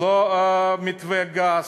לא מתווה הגז,